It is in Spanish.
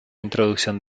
introducción